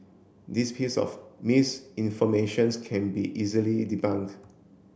this piece of misinformation can be easily debunked